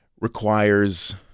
requires